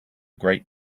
great